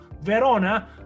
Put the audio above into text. Verona